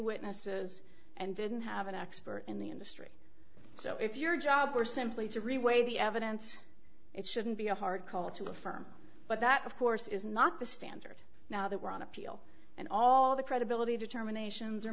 witnesses and didn't have an expert in the industry so if your job were simply to reweigh the evidence it shouldn't be a hard call to affirm but that of course is not the standard now that we're on appeal and all the credibility determinations